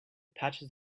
patches